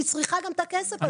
היא צריכה גם את הכסף הזה.